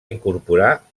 incorporar